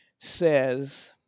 says